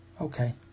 okay